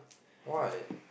why